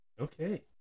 Okay